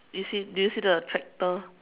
do you see do you see the tractor